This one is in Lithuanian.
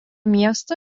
miesto